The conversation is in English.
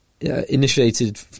Initiated